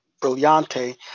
Brillante